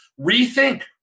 Rethink